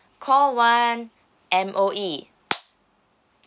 call one M_O_E